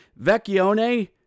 Vecchione